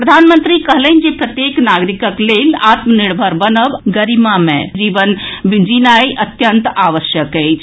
प्रधानमंत्री कहलनि जे प्रत्येक नागरिकक लेल आत्म निर्भर बनब आ गरिमामय जीवन जिनाए अत्यंत आवश्यक अछि